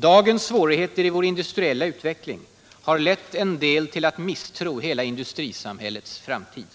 Dagens svårigheter i vår industriella utveckling har lett en del till att misstro hela industrisamhällets framtid.